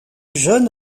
jeune